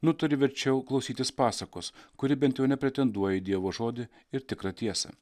nutari verčiau klausytis pasakos kuri bent jau nepretenduoja į dievo žodį ir tikrą tiesą